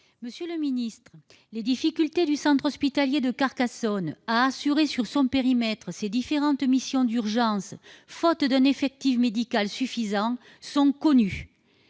Monsieur le secrétaire d'État, les difficultés qu'éprouve le centre hospitalier de Carcassonne à assurer, sur son périmètre, ses différentes missions d'urgence, faute d'un effectif médical suffisant, sont connues.